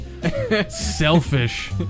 Selfish